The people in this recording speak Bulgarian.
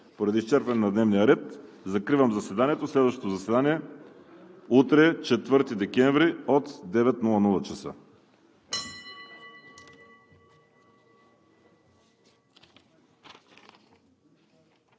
Поради изчерпване на дневния ред закривам заседанието. Следващото заседание – утре, 4 декември 2020 г.,